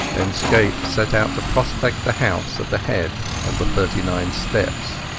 then scaife set out to prospect the house at the head of the thirty-nine steps.